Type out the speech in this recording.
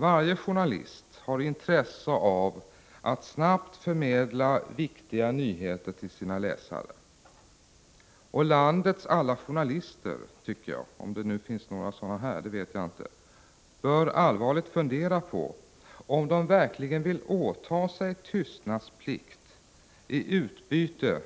Varje journalist har intresse av att snabbt förmedla viktiga nyheter till sina läsare. Jag tycker att landets alla journalister — om det nu finns några här, det vet jag inte — allvarligt bör fundera på om de verkligen vill åta sig tystnadsplikt i utbyte